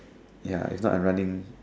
ya if not I'm running